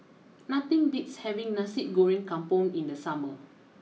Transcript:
nothing beats having Nasi Goreng Kampung in the summer